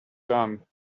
done